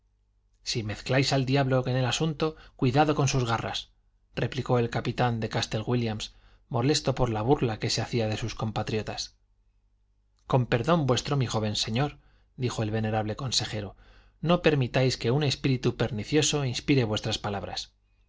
si mezcláis al diablo en el asunto cuidado con sus garras replicó el capitán de castle wílliam molesto por la burla que se hacía de sus compatriotas con perdón vuestro mi joven señor dijo el venerable consejero no permitáis que un espíritu pernicioso inspire vuestras palabras